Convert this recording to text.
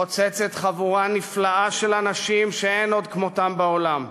חוצצת חבורה נפלאה של אנשים שאין עוד כמותם בעולם.